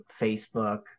Facebook